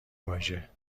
واژه